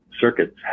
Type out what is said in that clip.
circuits